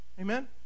Amen